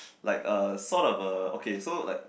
like uh sort of a okay so like